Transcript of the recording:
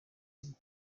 y’uko